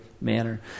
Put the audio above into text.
manner